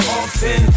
often